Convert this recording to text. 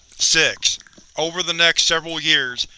six over the next several years,